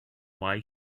why